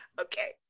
Okay